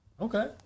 Okay